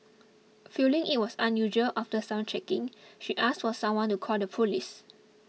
feeling it was unusual after some checking she asked for someone to call the police